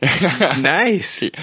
Nice